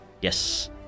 Yes